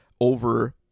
over